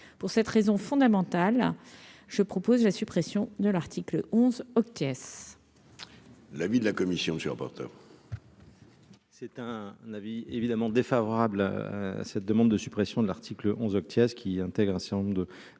pour cette raison fondamentale, je propose la suppression de l'article 11 oct hôtesse. L'avis de la commission sur portable. C'est un un avis évidemment défavorable à cette demande de suppression de l'article 11 oct y a ceux qui intègrent un certain nombre de